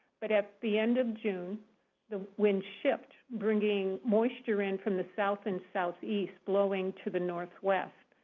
but at the end of june the winds shift, bringing moisture in from the south and southeast, blowing to the northwest.